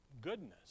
goodness